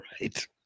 right